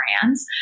brands